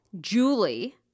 Julie